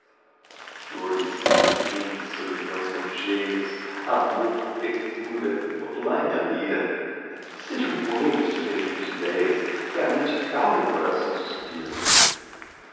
flores perfumes solidões gorjeios amor ternura modulai me a lira seja um poema este ferver de idéias que a mente cala e o coração suspira